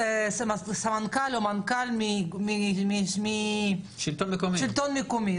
סמנכ"ל או מנכ"ל מהשלטון המקומי.